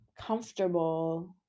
comfortable